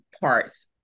parts